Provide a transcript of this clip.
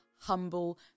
humble